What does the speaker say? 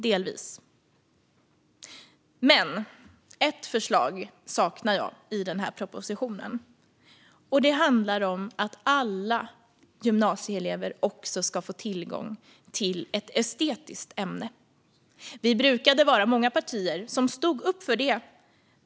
Men jag saknar ett förslag i denna proposition. Det handlar om att alla gymnasieelever också ska få tillgång till ett estetiskt ämne. Vi brukade vara många partier som stod upp för det.